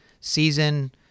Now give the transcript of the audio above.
season